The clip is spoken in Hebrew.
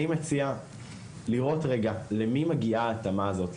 אני מציע לראות למי מגיעה ההתאמה הזו,